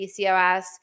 PCOS